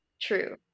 true